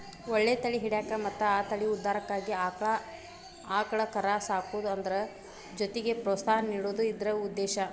ಒಳ್ಳೆ ತಳಿ ಹಿಡ್ಯಾಕ ಮತ್ತ ಆ ತಳಿ ಉದ್ಧಾರಕ್ಕಾಗಿ ಆಕ್ಳಾ ಆಕಳ ಕರಾ ಸಾಕುದು ಅದ್ರ ಜೊತಿಗೆ ಪ್ರೋತ್ಸಾಹ ನೇಡುದ ಇದ್ರ ಉದ್ದೇಶಾ